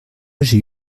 j’ai